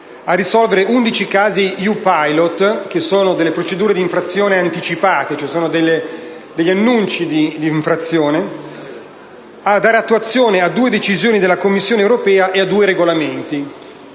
risolvere undici casi EU Pilot (che sono procedure di infrazione anticipate, cioè annunci di infrazione) e dare attuazione a due decisioni della Commissione europea e a due regolamenti.